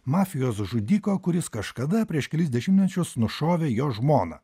mafijos žudiką kuris kažkada prieš kelis dešimtmečius nušovė jo žmoną